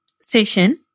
session